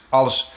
alles